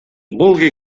vulgui